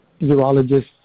urologists